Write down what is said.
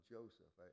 Joseph